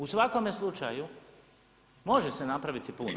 U svakome slučaju može se napraviti puno.